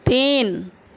تین